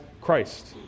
Christ